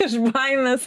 iš baimės